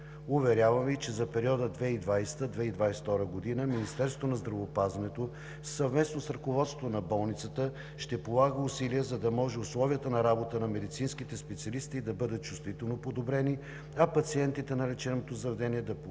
Уверявам Ви, че за периода 2020 – 2022 г. Министерството на здравеопазването съвместно с ръководството на болницата ще полага усилия, за да може условията на работа на медицинските специалисти да бъдат чувствително подобрени, а пациентите на лечебното заведение да получават